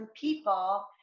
people